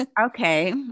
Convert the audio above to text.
okay